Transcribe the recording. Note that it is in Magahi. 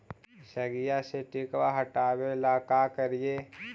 सगिया से किटवा हाटाबेला का कारिये?